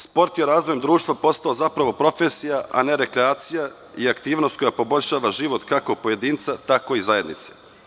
Sport je razvojem društva postao zapravo profesija a ne rekreacija i aktivnost koja poboljšava život kako pojedinca, tako i zajednice.